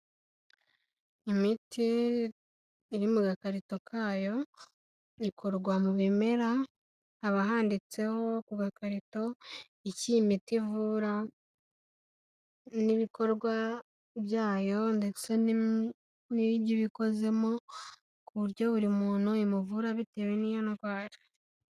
Imiti iri mu gakarito kayo ikorwa mu bimera, habahanditseho ku gakarito icyo iyo imiti ivura n'ibikorwa byayo ndetse n'ibiyikozemo ku buryo buri muntu imuvura bitewe n'iyo ndwara.